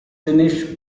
finnish